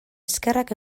eskerrak